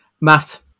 Matt